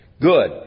Good